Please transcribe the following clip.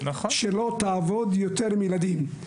שיותר לא תעבוד עם ילדים,